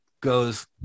goes